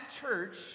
church